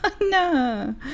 No